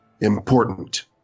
Important